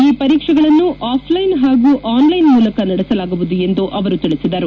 ಈ ಪರೀಕ್ಷೆಗಳನ್ನು ಆಫ್ಲೈನ್ ಮತ್ತು ಆನ್ಲೈನ್ ಮೂಲಕ ನಡೆಸಲಾಗುವುದು ಎಂದು ಅವರು ತಿಳಿಸಿದರು